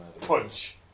punch